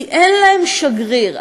כי אין להם שגריר.